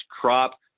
crop